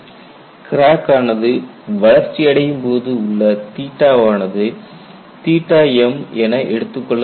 crack ஆனது வளர்ச்சி அடையும்போது உள்ள ஆனது mஎன எடுத்துக் கொள்ளப்படுகிறது